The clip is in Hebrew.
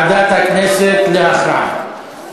ועדת הכנסת נתקבלה.